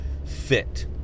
fit